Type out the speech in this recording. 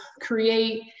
create